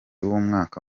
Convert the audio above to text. w’umwaka